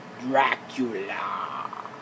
Dracula